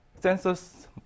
sensors